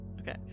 Okay